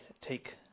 take